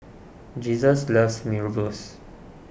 Jesus loves Mee Rebus